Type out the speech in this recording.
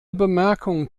bemerkung